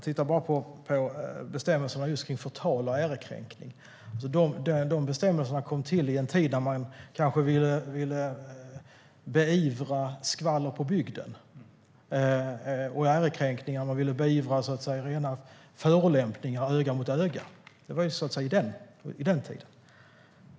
Titta bara på bestämmelserna kring förtal och ärekränkning - de bestämmelserna kom till i en tid då man kanske ville beivra skvaller på bygden och ärekränkningar. Man ville beivra rena förolämpningar öga mot öga. Så var det på den tiden.